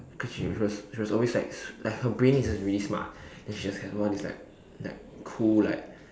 cause she was she was always like like her brain is just really smart and she was like what is like like cool like